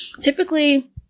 typically